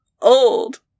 old